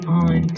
on